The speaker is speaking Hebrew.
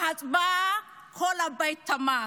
בהצבעה כל הבית תמך,